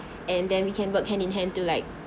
and then we can work hand in hand to like